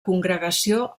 congregació